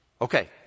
Okay